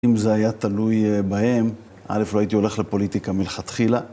אם זה היה תלוי בהם, א', לא הייתי הולך לפוליטיקה מלכתחילה.